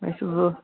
مےٚ چھِ ضوٚ